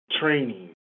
training